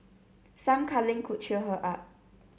some cuddling could cheer her up